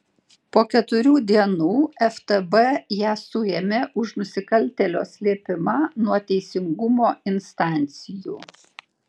po keturių dienų ftb ją suėmė už nusikaltėlio slėpimą nuo teisingumo instancijų